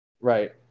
right